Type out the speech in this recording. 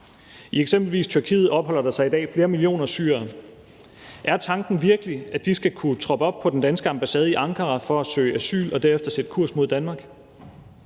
I eksempelvis Tyrkiet opholder der sig i dag flere millioner syrere. Er tanken virkelig, at de skal kunne troppe op på den danske ambassade i Ankara for at søge asyl og derefter sætte kurs mod Danmark?